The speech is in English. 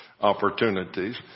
opportunities